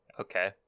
Okay